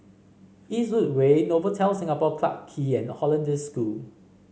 Eastwood Way Novotel Singapore Clarke Quay and Hollandse School